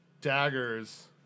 daggers